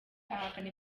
ahakana